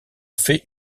fait